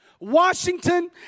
Washington